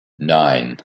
nine